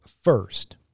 first